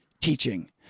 teaching